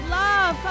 love